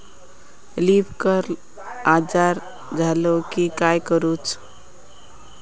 Leaf curl आजार झालो की काय करूच?